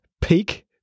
peak